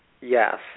yes